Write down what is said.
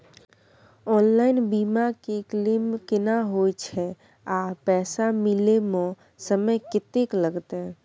Online बीमा के claim केना होय छै आ पैसा मिले म समय केत्ते लगतै?